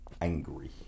angry